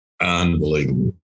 Unbelievable